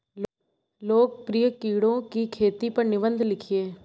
लोकप्रिय कीड़ों की खेती पर निबंध लिखिए